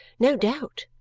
no doubt,